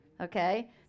okay